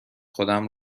خودم